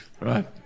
right